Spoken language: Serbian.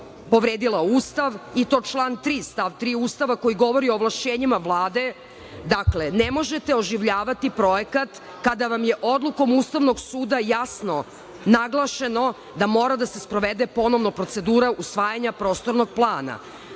povredila Ustav i to član 3. stav 3. Ustava koji govori o ovlašćenjima Vlade. Dakle, ne možete oživljavati projekat kada vam je odlukom Ustavnog suda jasno naglašeno da mora da se sprovede ponovno procedura usvajanja prostornog plana.